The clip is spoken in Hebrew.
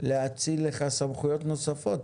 להאציל לך סמכויות נוספות,